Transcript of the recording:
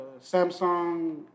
Samsung